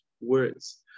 words